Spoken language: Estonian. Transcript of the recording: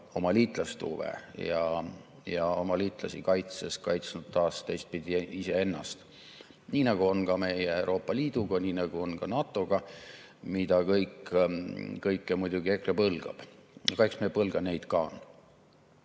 oma liitlaste huve ja oma liitlasi kaitstes kaitsnud taas teistpidi iseennast. Nii nagu on ka meie Euroopa Liiduga, nii nagu on NATO‑ga, mida kõike muidugi EKRE põlgab. Aga eks me põlgame neid ka.